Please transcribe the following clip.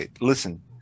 listen